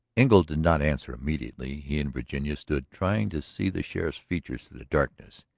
engle did not answer immediately. he and virginia stood trying to see the sheriff's features through the darkness.